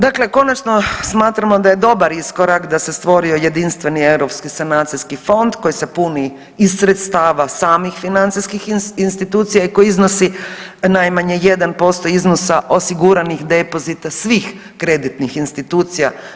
Dakle konačno smatramo da je dobar iskorak da se stvorio Jedinstveni europski sanacijski fond koji se puni iz sredstava samih financijskih institucija i koji najmanje 1% iznosa osiguranih depozita svih kreditnih institucija.